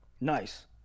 Nice